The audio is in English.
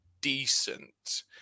decent